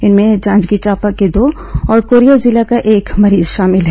इनमें जांजगीर चांपा के दो और कोरिया जिले का एक मरीज शामिल है